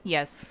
Yes